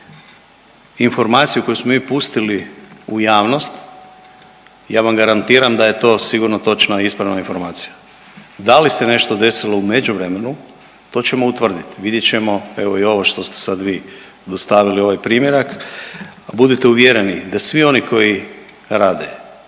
informaciju koju smo mi pustili u javnost, ja vam garantiram da je to sigurno točna i ispravna informacija. Da li se nešto desilo u međuvremenu, to ćemo utvrdit, vidjet ćemo evo i ovo što ste sad vi dostavili ovaj primjerak. A budite uvjereni da svi oni koji rade